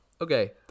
Okay